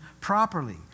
properly